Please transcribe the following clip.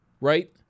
right